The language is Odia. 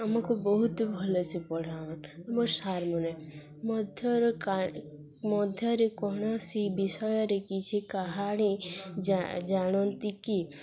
ଆମକୁ ବହୁତ ଭଲ ସେ ପଢ଼ା ଆମ ସାର୍ମାନେ ମଧ୍ୟର କା ମଧ୍ୟରେ କୌଣସି ବିଷୟରେ କିଛି କାହାଣୀ ଜା ଜାଣନ୍ତି କି